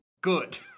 good